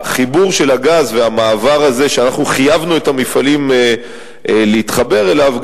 החיבור של הגז והמעבר הזה שאנחנו חייבנו את המפעלים להתחבר אליו,